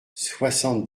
soixante